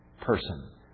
person